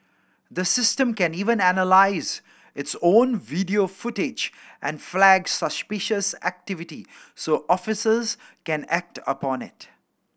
the system can even analyse its own video footage and flag suspicious activity so officers can act upon it